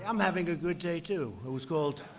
i'm having a good day two whose gold.